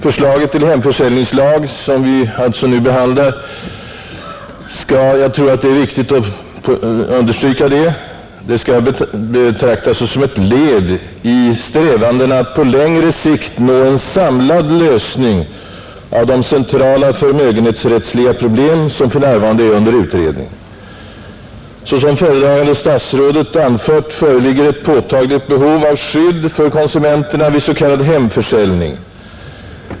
Förslaget till hemförsäljningslag som vi alltså nu behandlar skall ses — jag tror att det är viktigt att understryka det — som ett led i strävandena att på längre sikt nå en samlad lösning av de centrala förmögenhetsrättsliga problem som för närvarande är under utredning. Såsom föredragande statsrådet anfört föreligger ett påtagligt behov av skydd för konsumenterna vid s.k. hemförsäljning.